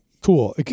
cool